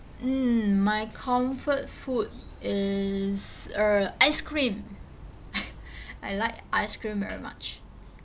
mm my comfort food is uh ice cream I like ice cream very much